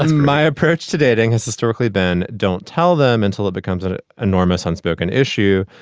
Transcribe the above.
my approach to dating has historically been don't tell them until it becomes an enormous unspoken issue.